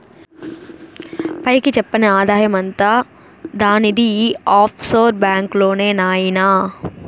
పైకి చెప్పని ఆదాయమంతా దానిది ఈ ఆఫ్షోర్ బాంక్ లోనే నాయినా